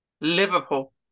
Liverpool